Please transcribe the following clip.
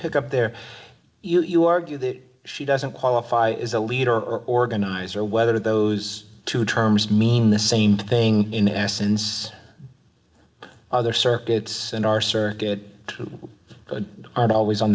pick up there you argue that she doesn't qualify as a leader organizer whether those two terms mean the same thing in essence other circuits in our circuit aren't always on